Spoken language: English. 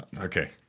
okay